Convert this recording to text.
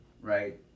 right